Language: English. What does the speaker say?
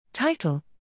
Title